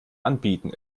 anbieten